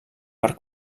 per